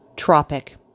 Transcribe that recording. Tropic